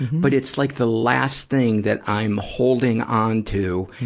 but it's like the last thing that i'm holding onto.